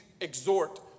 exhort